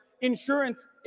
insurance